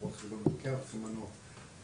זאת אומרת אם אפשר להכליל את זה כהכנה לוועדה,